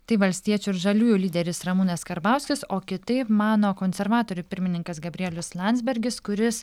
tai valstiečių ir žaliųjų lyderis ramūnas karbauskis o kitaip mano konservatorių pirmininkas gabrielius landsbergis kuris